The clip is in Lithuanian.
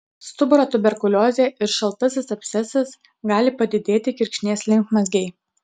stuburo tuberkuliozė ir šaltasis abscesas gali padidėti kirkšnies limfmazgiai